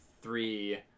three